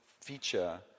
feature